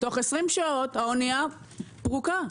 תוך 20 שעות האוניה פרוקה.